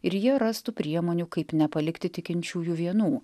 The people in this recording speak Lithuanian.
ir jie rastų priemonių kaip nepalikti tikinčiųjų vienų